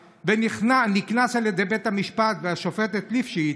ונקנס על ידי בית המשפט והשופטת ליפשיץ,